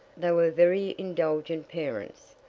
they were very indulgent parents,